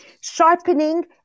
sharpening